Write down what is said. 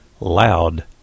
Loud